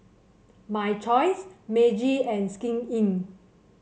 My Choice Meiji and Skin Inc